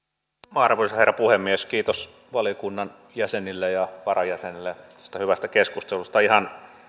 arvoisa herra puhemies kiitos valiokunnan jäsenille ja varajäsenille tästä hyvästä keskustelusta ihan